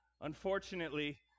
unfortunately